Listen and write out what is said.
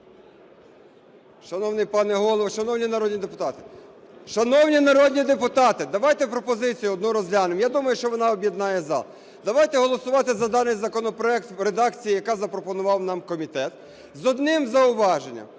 народні депутати! Шановні народні депутати, давайте пропозицію одну розглянемо. Я думаю, що вона об'єднає зал. Давайте голосувати за даний законопроект в редакції, яку запропонував нам комітет, з одним зауваженням